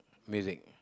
music